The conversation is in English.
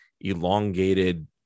elongated